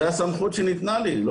זו הסמכות שניתנה לי.